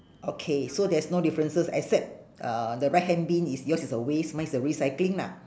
okay so there's no differences except uh the right hand bin is yours is a waste mine is a recycling lah